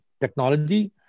technology